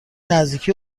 نزدیکی